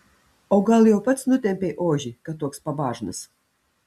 o gal pats jau nutempei ožį kad toks pabažnas